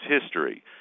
history